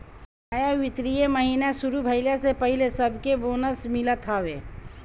नया वित्तीय महिना शुरू भईला से पहिले सबके बोनस मिलत हवे